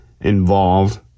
involved